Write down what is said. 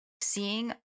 seeing